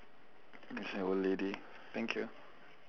there's an old lady thank you